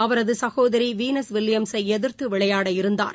அவரது சகோதரி வீனஸ் வில்லியம்ஸை எதிர்த்து விளையாடவிருந்தார்